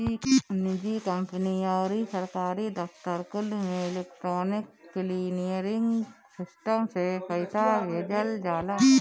निजी कंपनी अउरी सरकारी दफ्तर कुल में इलेक्ट्रोनिक क्लीयरिंग सिस्टम से पईसा भेजल जाला